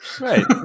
Right